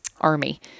army